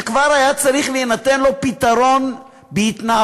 שכבר היה צריך להינתן לו פתרון בהתנהלות,